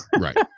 Right